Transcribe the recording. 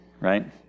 right